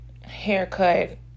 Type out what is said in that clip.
haircut